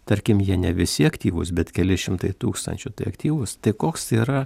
tarkim jie ne visi aktyvūs bet keli šimtai tūkstančių tai aktyvūs tai koks yra